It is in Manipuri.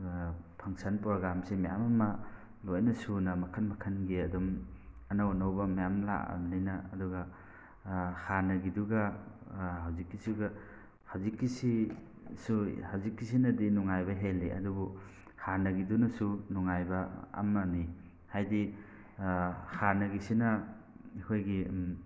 ꯐꯪꯁꯟ ꯄ꯭ꯔꯣꯒꯥꯝꯁꯤ ꯃꯌꯥꯝ ꯑꯃ ꯂꯣꯏꯅ ꯁꯨꯅ ꯃꯈꯜ ꯃꯈꯜꯒꯤ ꯑꯗꯨꯝ ꯑꯅꯧ ꯑꯅꯧꯕ ꯃꯌꯥꯝ ꯂꯥꯛꯑꯕꯅꯤꯅ ꯑꯗꯨꯒ ꯍꯥꯟꯅꯒꯤꯗꯨꯒ ꯍꯧꯖꯤꯛꯀꯤꯁꯤꯒ ꯍꯧꯖꯤꯛꯀꯤꯁꯨ ꯍꯧꯖꯤꯛꯀꯤꯁꯤꯅꯗꯤ ꯅꯨꯡꯉꯥꯏꯕ ꯍꯦꯜꯂꯤ ꯑꯗꯨꯕꯨ ꯍꯥꯟꯅꯒꯤꯗꯨꯅꯁꯨ ꯅꯨꯡꯉꯥꯏꯕ ꯑꯃꯅꯤ ꯍꯥꯏꯗꯤ ꯍꯥꯟꯅꯒꯤꯁꯤꯅ ꯑꯩꯈꯣꯏꯒꯤ